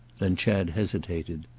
then chad hesitated.